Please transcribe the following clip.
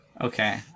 Okay